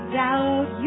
doubt